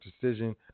decision